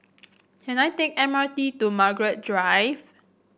can I take M R T to Margaret Drive